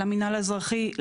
למינהל האזרחי,